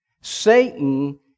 Satan